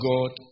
God